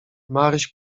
maryś